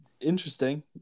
interesting